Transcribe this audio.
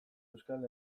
euskal